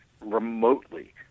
remotely